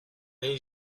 need